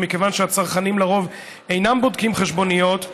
ומכיוון שהצרכנים לרוב אינם בודקים חשבוניות,